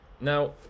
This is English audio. now